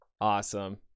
awesome